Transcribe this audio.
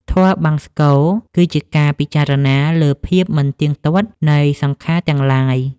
ធម៌បង្សុកូល គឺជាការពិចារណាលើភាពមិនទៀងទាត់នៃសង្ខារទាំងឡាយ។